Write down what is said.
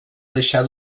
deixar